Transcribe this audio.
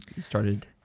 started